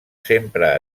sempre